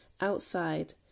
outside